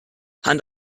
hand